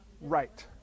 right